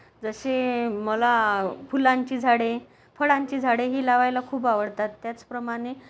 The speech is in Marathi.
जसे मला फुलांची झाडे फळांची झाडेही लावायला खूप आवडतात त्याचप्रमाणे